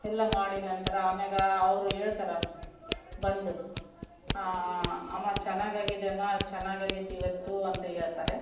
ಎಲ್ಲ ಮಾಡಿ ನಂತರ ಆಮೇಲೆ ಅವರು ಹೇಳ್ತಾರ ಬಂದು ಅಮ್ಮ ಚೆನ್ನಾಗಾಗಿದೆ ಅಮ್ಮ ಚೆನ್ನಾಗಾಗಿದೆ ಇವತ್ತು ಅಂತ ಹೇಳ್ತಾರೆ